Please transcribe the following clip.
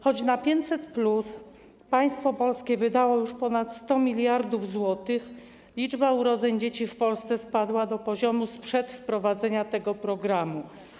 Choć na 500+ państwo polskie wydało już ponad 100 mld zł, liczba urodzeń dzieci w Polsce spadła do poziomu sprzed wprowadzenia tego programu.